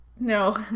No